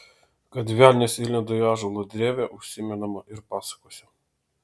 kad velnias įlenda į ąžuolo drevę užsimenama ir pasakose